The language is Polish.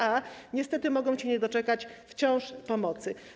A niestety mogą się nie doczekać wciąż pomocy.